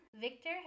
Victor